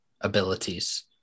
abilities